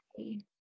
okay